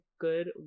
good